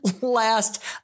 last